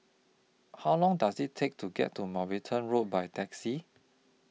How Long Does IT Take to get to Mountbatten Road By Taxi